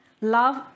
Love